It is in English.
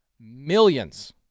millions